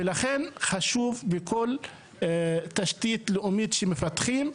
ולכן חשוב בכל תשתית לאומית שמפתחים,